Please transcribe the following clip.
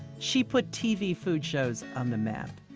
she put tv food shows on the map.